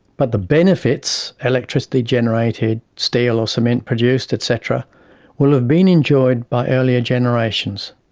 but the benefits electricity generated, steel or cement produced et cetera will have been enjoyed by earlier generations.